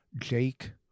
Jake